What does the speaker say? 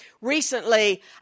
Recently